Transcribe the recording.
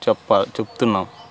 చెప్ప చెప్తున్నాం